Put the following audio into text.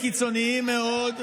במקרים קיצוניים מאוד,